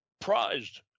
prized